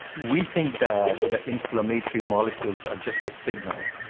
we think that the inflammatory molecules are just a signal.